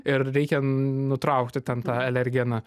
ir reikia nutraukti ten tą alergeną